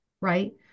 right